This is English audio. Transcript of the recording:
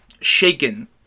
shaken